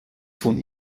von